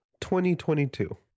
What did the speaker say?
2022